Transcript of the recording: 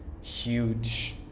huge